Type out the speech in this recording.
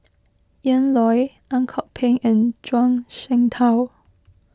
Ian Loy Ang Kok Peng and Zhuang Shengtao